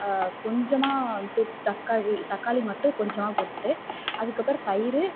கொஞ்சமாக தக்காளி தக்காளி மட்டும் கொஞ்சமாக போட்டுட்டு அதுக்கு அப்புறம் தயிர்